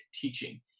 teaching